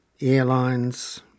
airlines